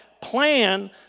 plan